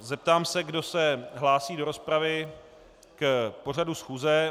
Zeptám se, kdo se hlásí do rozpravy k pořadu schůze.